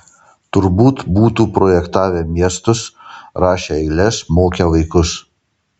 turbūt būtų projektavę miestus rašę eiles mokę vaikus